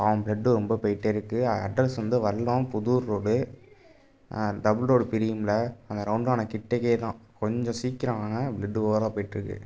பாவம் ப்ளெட்டு ரொம்ப போய்கிட்டே இருக்குது அட்ரஸ் வந்து Vallam Puthur road double road பிரியும்லே அந்த ரௌண்டானா கிட்டேக்கையே தான் கொஞ்சம் சீக்கிரம் வாங்க ப்ளெட்டு ஓவராக போய்கிட்ருக்கு